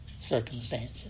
circumstances